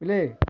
play